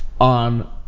on